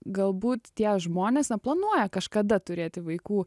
galbūt tie žmonės na planuoja kažkada turėti vaikų